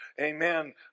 amen